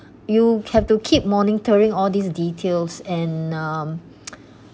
you have to keep monitoring all these details and um